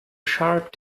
sharp